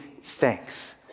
thanks